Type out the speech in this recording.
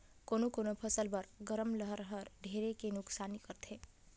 कोनो कोनो फसल बर गरम लहर हर ढेरे के नुकसानी करथे